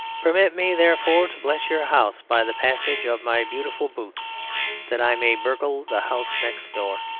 permit me, therefore, to bless your house by the passage of my beautiful boots that i may burgle the house next door.